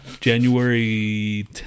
January